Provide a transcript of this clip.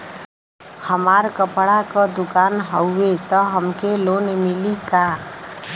हमार कपड़ा क दुकान हउवे त हमके लोन मिली का?